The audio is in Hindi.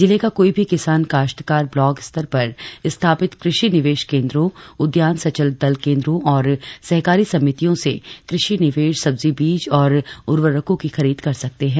जिले का कोई भी किसान काश्तकार ब्लाक स्तर पर स्थापित कृषि निवेश केन्द्रों उद्यान सचल दल केन्द्रों और सहकारी समितियों से कृषि निवेश सब्जी बीज और उर्वेरकों की खरीद कर सकते है